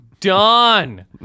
done